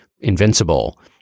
invincible